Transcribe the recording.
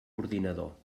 ordinador